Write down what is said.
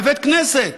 בבית כנסת.